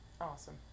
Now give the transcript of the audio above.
Awesome